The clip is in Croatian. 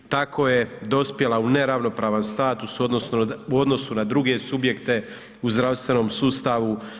Tako je dospjela u neravnopravan status u odnosu na druge subjekte u zdravstvenom sustavu.